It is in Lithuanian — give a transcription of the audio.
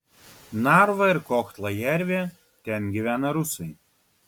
narva ir kohtla jervė ten gyvena rusai